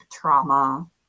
trauma